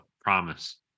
Promise